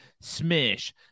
Smash